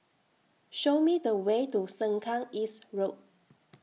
Show Me The Way to Sengkang East Road